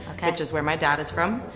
okay. which is where my dad is from.